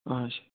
ആ ശരി